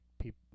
people